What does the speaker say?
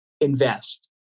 invest